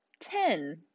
ten